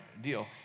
deal